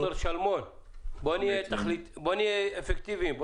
ד"ר שלמון, בואו נהיה אפקטיביים.